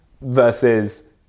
versus